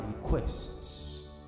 requests